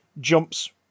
jumps